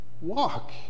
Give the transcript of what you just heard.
walk